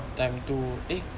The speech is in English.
time tu eh